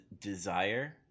desire